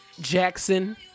Jackson